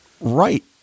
Right